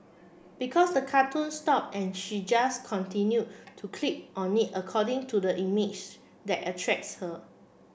because the cartoon stop and she just continue to click on it according to the that attracts her